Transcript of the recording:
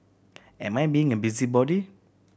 am I being a busybody